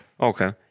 Okay